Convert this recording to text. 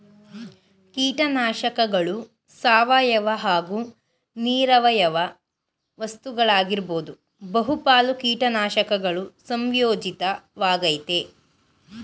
ಕೀಟನಾಶಕಗಳು ಸಾವಯವ ಹಾಗೂ ನಿರವಯವ ವಸ್ತುಗಳಾಗಿರ್ಬೋದು ಬಹುಪಾಲು ಕೀಟನಾಶಕಗಳು ಸಂಯೋಜಿತ ವಾಗಯ್ತೆ